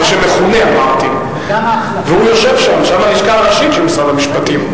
הוא יושב שם, שם הלשכה הראשית של משרד המשפטים.